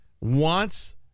wants